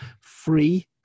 free